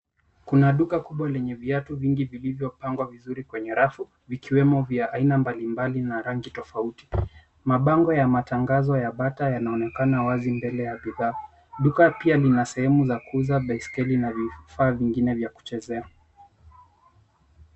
Kuna duka kubwa lenye viatu vingi vilivyopangwa vizuri kwenye rafu, vikiwemo vya aina mbalimbali na rangi tofauti. Mabango ya matangazo ya bata yanaonekana wazi mbele ya vikapu. Duka pia lina sehemu ya kuuza baiskeli na vifaa vingine vya kuchezea.